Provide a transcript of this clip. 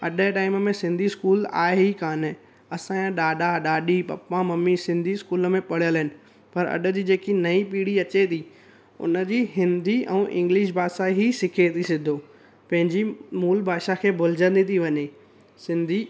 अॼु जे टाइम में सिंधी इस्कूलु आहे ई कानि असांजा ॾाॾा ॾाॾी पप्पा मम्मी सिंधी इस्कूल में पढ़ियलु आहिनि पर अॼु जी जेकी नई पीढ़ी अचे थी उनजी हिंदी ऐं इंग्लिश भाषा ई सिखे थी सिधो पंहिंजी मूल भाषा खे भुलजंदी थी वञे सिंधी